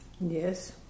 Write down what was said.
Yes